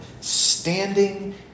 standing